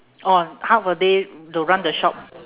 oh half a day to run the shop